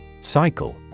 Cycle